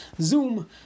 Zoom